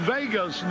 Vegas